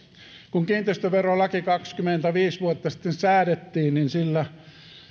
kun kiinteistöverolaki kaksikymmentäviisi vuotta sitten säädettiin niin sillä